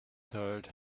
told